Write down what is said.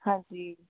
ਹਾਂਜੀ